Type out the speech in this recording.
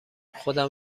خودم